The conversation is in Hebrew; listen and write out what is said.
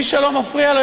מי שמפריע לו,